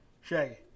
Shaggy